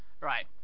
Right